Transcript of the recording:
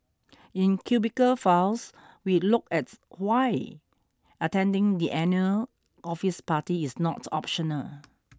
in Cubicle Files we look at why attending the annual office party is not optional